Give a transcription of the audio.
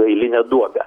eilinę duobę